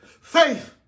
Faith